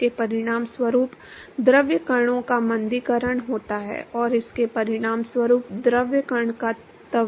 इसके परिणामस्वरूप द्रव कणों का मंदीकरण होता है और इसके परिणामस्वरूप द्रव कण का त्वरण होता है